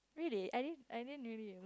really I didn't I didn't really uh